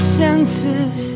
senses